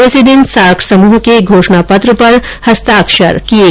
इसी दिन सार्क समूह के घोषणा पत्र पर हस्ताक्षर किये गए थे